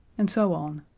and so on.